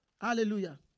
Hallelujah